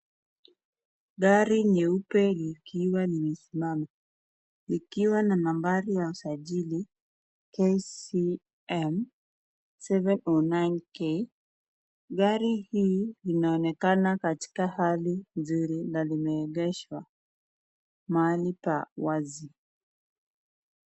Gari nyeupe likiwa limesimama likiwa na nambari ya usajili KMC709K, gari hii inaonekana katika hali nzuri na limeegeshwa mahali pawazi.